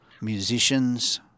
Musicians